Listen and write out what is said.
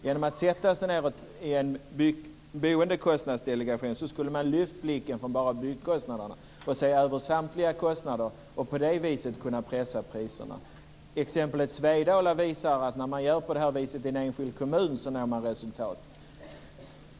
Genom att sätta sig ned i en boendekostnadsdelegation skulle man lyfta blicken från bara byggkostnaderna och se över samtliga kostnader, och på det viset kunna pressa priserna. Exemplet Svedala visar att när man gör på det här viset i en enskild kommun så når man resultat.